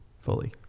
fully